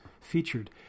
featured